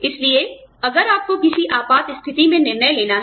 इसलिए अगर आपको किसी आपात स्थिति में निर्णय लेना है